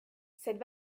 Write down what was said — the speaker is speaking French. cette